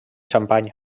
xampany